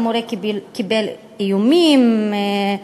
המורה קיבל איומים,